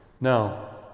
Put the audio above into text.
Now